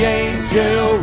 angel